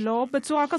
בצורה כזאת.